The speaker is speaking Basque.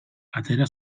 atera